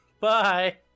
Bye